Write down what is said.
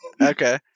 Okay